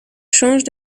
change